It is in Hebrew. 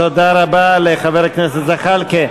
תודה רבה לחבר כנסת זחאלקה.